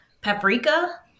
Paprika